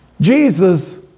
Jesus